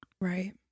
Right